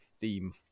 theme